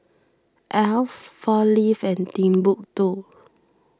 Alf four Leaves and Timbuk two